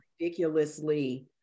ridiculously